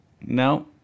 No